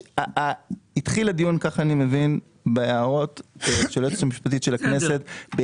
הדיון התחיל בהערות של היועצת המשפטית של הכנסת,